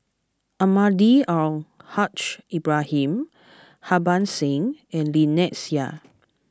Almahdi Al Haj Ibrahim Harbans Singh and Lynnette Seah